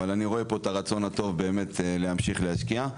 אבל אני רואה פה את הרצון הטוב באמת להמשיך להשקיע.